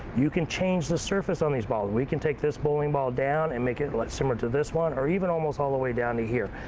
you can change the surface on this ball. we can take this bowling ball down and make it similar to this one, or even almost all the way down to here.